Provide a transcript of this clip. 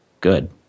Good